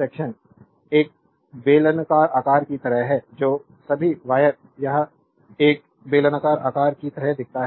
section एक बेलनाकार आकार की तरह है जो सभी वायर यह एक बेलनाकार आकार की तरह दिखता है